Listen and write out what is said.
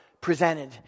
presented